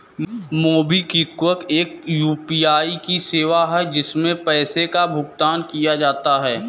MobiKwik एक UPI की सेवा है, जिससे पैसे का भुगतान किया जाता है